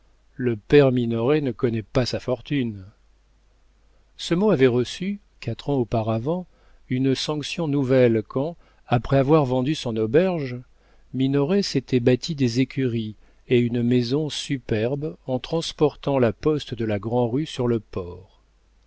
le père minoret ne connaît pas sa fortune ce mot avait reçu quatre ans auparavant une sanction nouvelle quand après avoir vendu son auberge minoret s'était bâti des écuries et une maison superbes en transportant la poste de la grand'rue sur le port